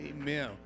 Amen